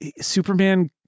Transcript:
Superman